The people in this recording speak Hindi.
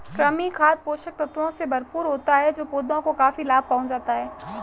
कृमि खाद पोषक तत्वों से भरपूर होता है जो पौधों को काफी लाभ पहुँचाता है